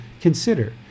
consider